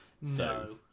No